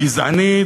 הגזענית,